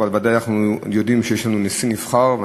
אבל ודאי אנחנו יודעים שיש לנו נשיא נבחר.